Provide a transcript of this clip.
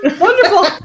Wonderful